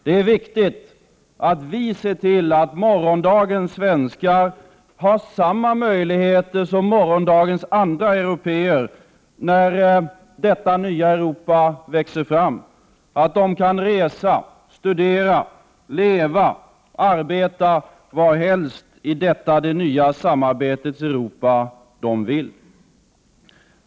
Det är viktigt att vi ser till att morgondagens svenskar har samma möjligheter som morgondagens andra européer när detta nya Europa växer fram, så att de kan resa, studera, leva och arbeta varhelst i detta det nya samarbetets Europa de vill.